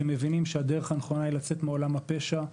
שמבינים שהדרך הנכונה היא לצאת מעולם הפשע,